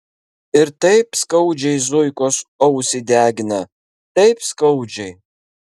ir taip skaudžiai zuikos ausį degina taip skaudžiai